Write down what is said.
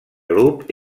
grup